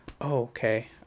okay